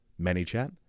ManyChat